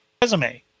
resume